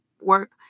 work